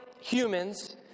humans